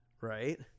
right